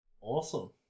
Awesome